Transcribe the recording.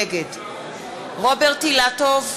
נגד רוברט אילטוב,